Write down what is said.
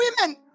women